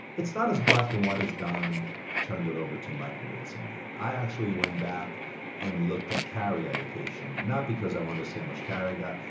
it's not as black and white as don turned it over to mike moritz and me. i actually went back and looked at carry allocation, not because i want to see how much carry got.